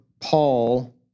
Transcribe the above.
Paul